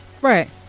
Right